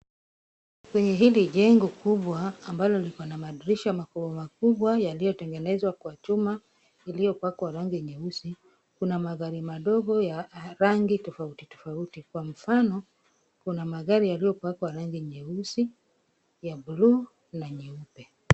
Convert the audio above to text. Kwenye hili jengo kubwa, ambalo liko na madarisha makubwa makubwa yaliyotengenezwa kwa chuma iliyopakwa rangi nyeusi. Kuna magari madogo ya rangi tofauti tofauti. Kwa mfano, kuna magari yaliyopakwa rangi nyeusi, ya buluu na nyeupe.